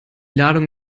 ladung